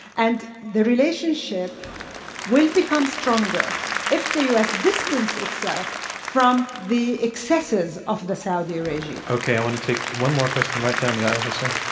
and the relationship will become stronger if the u. s. distances itself from the excesses of the saudi regime. okay. i want to take one more question. right down the aisle here, sir.